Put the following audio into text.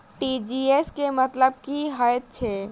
TGS केँ मतलब की हएत छै?